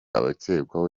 abakekwaho